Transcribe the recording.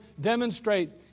demonstrate